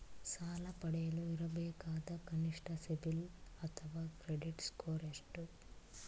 ಸಾಲ ಪಡೆಯಲು ಇರಬೇಕಾದ ಕನಿಷ್ಠ ಸಿಬಿಲ್ ಅಥವಾ ಕ್ರೆಡಿಟ್ ಸ್ಕೋರ್ ಎಷ್ಟು?